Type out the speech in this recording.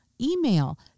email